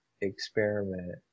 experiment